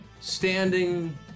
standing